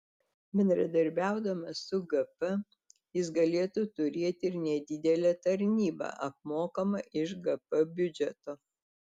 bendradarbiaudamas su gp jis galėtų turėti ir nedidelę tarnybą apmokamą iš gp biudžeto